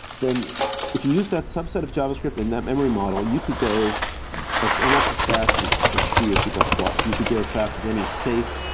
then if you use that subset of javascript in that memory model, you could go as almost as fast as ah c or c plus plus. you could go as fast as any safe,